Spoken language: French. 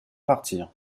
partir